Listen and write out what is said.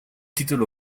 título